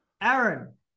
Aaron